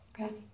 Okay